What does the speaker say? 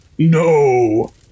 No